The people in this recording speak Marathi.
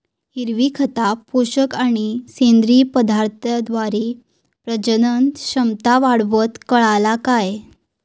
हिरवी खता, पोषक आणि सेंद्रिय पदार्थांद्वारे प्रजनन क्षमता वाढवतत, काळाला काय?